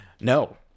No